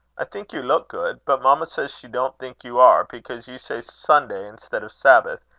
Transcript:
i think you look good, but mamma says she don't think you are, because you say sunday instead of sabbath,